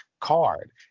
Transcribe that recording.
card